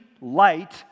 light